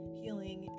healing